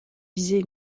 viser